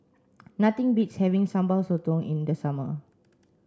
nothing beats having Sambal Sotong in the summer